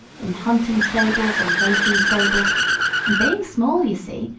in hunting stables, and racing stables and being small, ye see,